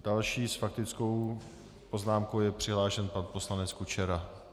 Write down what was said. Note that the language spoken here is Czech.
Další s faktickou poznámkou je přihlášen pan poslanec Kučera.